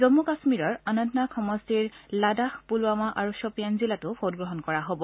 জন্মু কাশ্মীৰৰ অনন্তনাগদ সমষ্টিৰ লাদাখ পুলৱামা আৰু ছপিয়ান জিলাতো ভোটগ্ৰহণ কৰা হ'ব